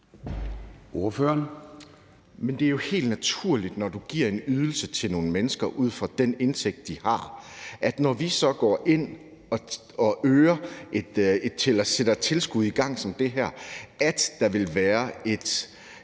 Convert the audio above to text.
det er jo helt naturligt, at der, når vi giver en ydelse til nogle mennesker ud fra den indtægt, de har, og vi så går ind og sætter en tilskudsordning som den her i gang, vil være